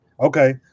Okay